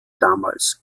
damals